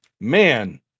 man